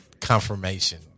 confirmation